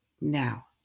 Now